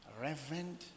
Reverend